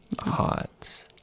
hot